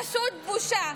פשוט בושה.